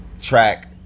track